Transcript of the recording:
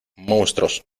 monstruos